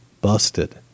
busted